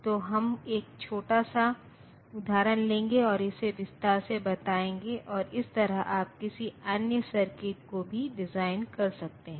तो हम एक छोटा सा उदाहरण लेंगे और इसे विस्तार से बताएंगे और इस तरह आप किसी अन्य सर्किट को भी डिजाइन कर सकते हैं